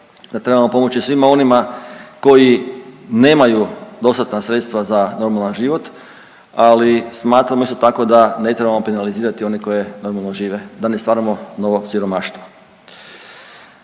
da trebamo pomoći svima onima koji nemaju dostatna sredstva za normalan život, ali smatram isto tako da ne trebamo penalizirati one koji normalno žive da ne stvaramo novo siromaštvo.